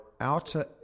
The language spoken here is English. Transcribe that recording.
outer